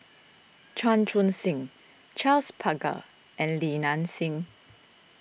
Chan Chun Sing Charles Paglar and Li Nanxing